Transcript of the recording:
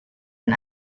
and